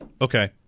Okay